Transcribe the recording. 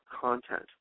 content